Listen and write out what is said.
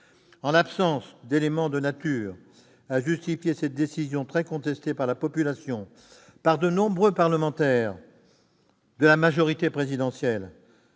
En l'absence d'éléments de nature à justifier cette décision très contestée par la population, par de nombreux parlementaires de la majorité présidentielle,